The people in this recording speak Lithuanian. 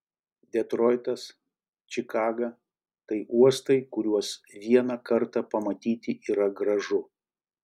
detroitas čikaga tai uostai kuriuos vieną kartą pamatyti yra gražu